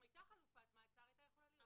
הייתה חלופת מעצר הייתה יכולה להיות שם.